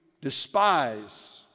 despise